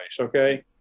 okay